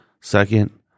Second